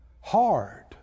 Hard